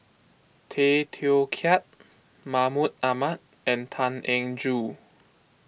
Tay Teow Kiat Mahmud Ahmad and Tan Eng Joo